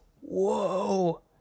Whoa